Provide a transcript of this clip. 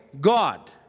God